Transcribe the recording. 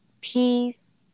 peace